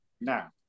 now